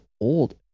old